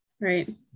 right